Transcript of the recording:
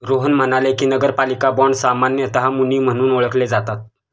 रोहन म्हणाले की, नगरपालिका बाँड सामान्यतः मुनी म्हणून ओळखले जातात